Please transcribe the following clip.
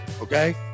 Okay